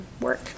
work